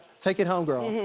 take it home, girl.